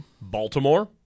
Baltimore